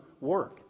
work